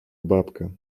бабка